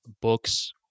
books